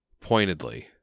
pointedly